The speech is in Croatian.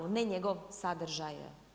Ne njegov sadržaj.